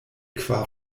kvar